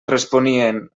responien